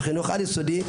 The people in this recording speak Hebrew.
ולחינוך בעל יסודי,